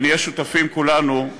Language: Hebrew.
ונהיה שותפים כולנו,